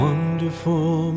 Wonderful